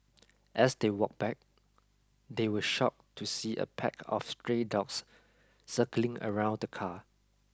as they walked back they were shocked to see a pack of stray dogs circling around the car